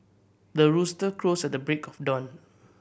the rooster crows at the break of dawn